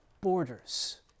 borders